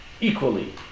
equally